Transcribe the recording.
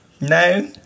No